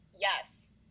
Yes